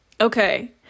Okay